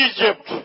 Egypt